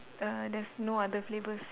uh there's no other flavours